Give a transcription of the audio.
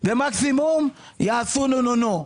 ומקסימום יעשו נו-נו-נו.